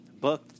book